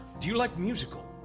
do you like musicals?